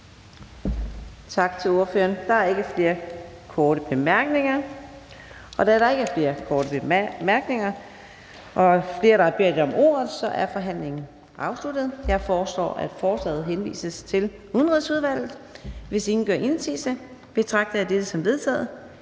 Tak til ordføreren. Der er ikke flere korte bemærkninger. Da der ikke er flere korte bemærkninger og ikke flere, der har bedt om ordet, er forhandlingen afsluttet. Jeg foreslår, at forslaget til folketingsbeslutning henvises til Udenrigsudvalget. Hvis ingen gør indsigelse, betragter jeg dette som vedtaget.